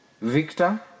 victor